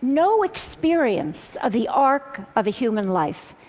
no experience of the arc of a human life.